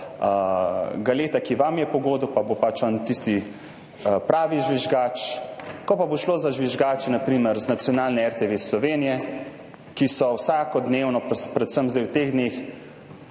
Galeta, ki vam je po godu, pa bo pač on tisti pravi žvižgač … Ko pa bo šlo na primer za žvižgače z nacionalne RTV Slovenija, ki so vsakodnevno, predvsem v teh dneh,